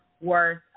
worth